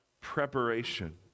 preparation